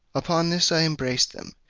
upon this i embraced them,